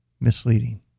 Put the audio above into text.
misleading